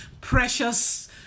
precious